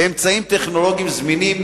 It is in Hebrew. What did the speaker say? באמצעים טכנולוגיים זמינים,